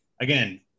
again